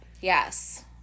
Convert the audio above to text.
Yes